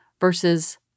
versus